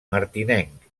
martinenc